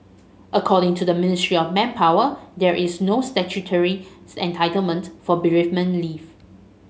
according to the Ministry of Manpower there is no statutory entitlement for bereavement leave